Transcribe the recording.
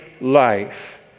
life